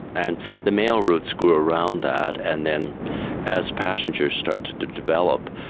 and the mail routes grew around that. and then as passengers started to to develop,